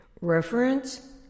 reference